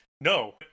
No